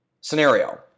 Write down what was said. Scenario